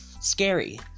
scary